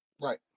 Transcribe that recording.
right